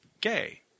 gay